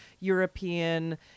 European